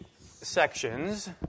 sections